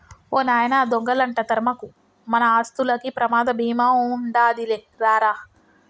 ఓ నాయనా దొంగలంట తరమకు, మన ఆస్తులకి ప్రమాద బీమా ఉండాదిలే రా రా